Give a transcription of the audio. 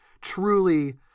truly